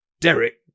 Derek